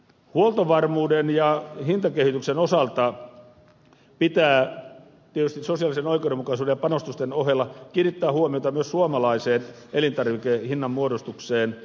huoltovarmuuden ja hintakehityksen osalta pitää tietysti sosiaalisen oikeudenmukaisuuden ja panostusten ohella kiinnittää huomiota myös suomalaiseen elintarvikkeiden hinnanmuodostukseen